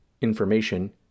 information